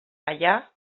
allà